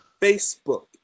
Facebook